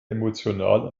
emotional